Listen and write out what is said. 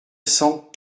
cent